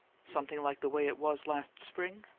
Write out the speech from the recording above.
something like the way it was last spring?